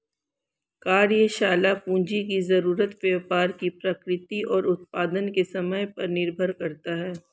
कार्यशाला पूंजी की जरूरत व्यापार की प्रकृति और उत्पादन के समय पर निर्भर करता है